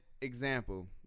example